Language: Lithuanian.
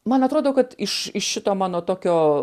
man atrodo kad iš iš šito mano tokio